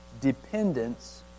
Dependence